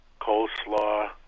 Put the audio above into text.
coleslaw